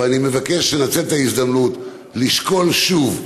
אבל אני מבקש לנצל את ההזדמנות לשקול שוב.